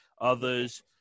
others